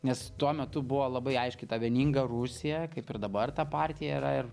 nes tuo metu buvo labai aiški ta vieninga rusija kaip ir dabar ta partija yra ir